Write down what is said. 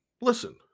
listen